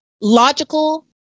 logical